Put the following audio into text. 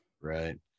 Right